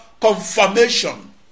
confirmation